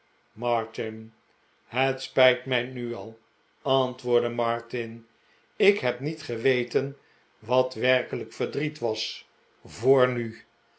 martin het spijt mij nu al antwoordde martin ik heb niet geweten wat werkelijk verdriet was voor nu